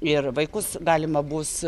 ir vaikus galima bus